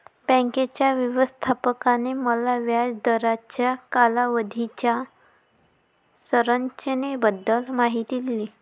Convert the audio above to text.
बँकेच्या व्यवस्थापकाने मला व्याज दराच्या कालावधीच्या संरचनेबद्दल माहिती दिली